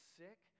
sick